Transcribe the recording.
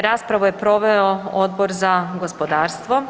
Raspravu je proveo Odbor za gospodarstvo.